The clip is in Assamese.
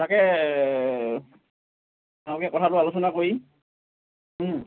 তাকে তেওঁলোকে কথাটো আলোচনা কৰি